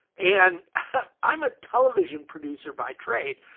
and i'm a television producer by trade,